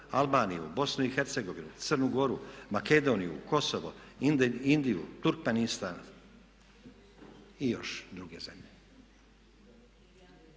Albaniju, Bosnu i Hercegovinu, Crnu Goru, Makedoniju, Kosovo, Indiju, Turkmenistan i još druge zemlje.